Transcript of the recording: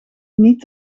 niet